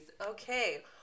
Okay